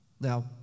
Now